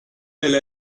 elle